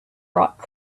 rock